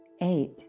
Eight